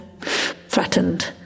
threatened